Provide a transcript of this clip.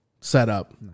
setup